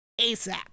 ASAP